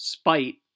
spite